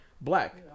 black